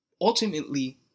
Ultimately